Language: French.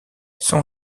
son